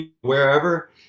wherever